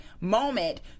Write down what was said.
moment